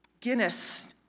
Guinness